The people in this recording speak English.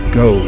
go